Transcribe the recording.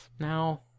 now